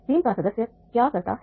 team का सदस्य क्या करता है